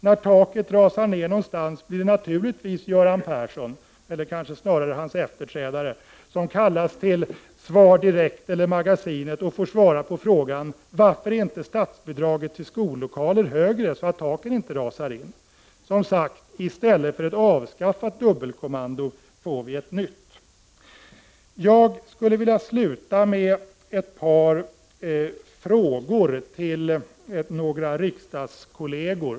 När taket rasar in i någon skola blir det naturligtvis Göran Persson, eller kanske snarare hans efterträdare, som kallas till Svar direkt eller Magasinet och får svara på frågan varför statsbidraget till skollokaler inte är högre, så att taken inte rasar in. Som sagt, i stället för ett avskaffande av dubbelkommandot införs ett nytt. Jag skulle vilja sluta med ett par frågor till några riksdagskolleger.